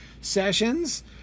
sessions